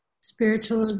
Spiritual